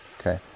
Okay